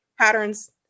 patterns